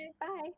Bye